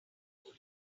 will